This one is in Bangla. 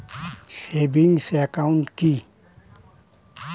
সেভিংস একাউন্ট কি?